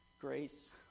grace